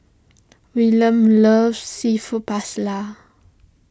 Willard loves Seafood